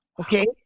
Okay